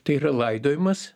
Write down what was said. tai yra laidojimas